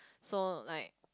so like